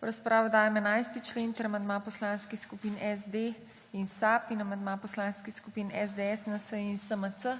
V razpravo dajem 7. člen ter amandma poslanskih skupin SD in SAB in amandma poslanskih skupin SDS, NSi in SMC.